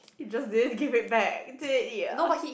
you just didn't give it back literally ah